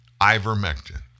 ivermectin